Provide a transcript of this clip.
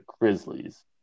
Grizzlies